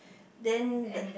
then the